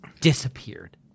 disappeared